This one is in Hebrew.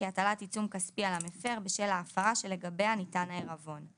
כהטלת עיצום כספי על המפר בשל ההפרה שלגביה ניתן העירבון.